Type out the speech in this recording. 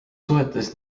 suhetes